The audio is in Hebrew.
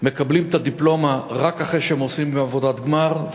מקבלים את הדיפלומה רק אחרי שהם עושים עבודת גמר,